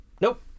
nope